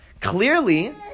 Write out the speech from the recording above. Clearly